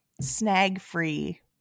snag-free